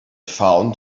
found